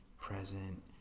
present